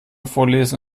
vorlesen